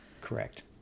Correct